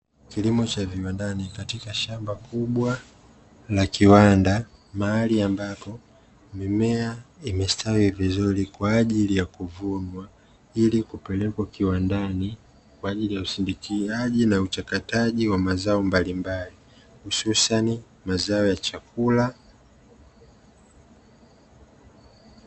Kilimo cha viwandani katika shamba kubwa la kiwanda, mahali ambapo mimea imestawi vizuri kwa ajili ya kuvunwa ili kupelekwa kiwandani, kwa ajili ya usindikaji na uchakataji wa mazao mbalimbali hususani mazao ya chakula.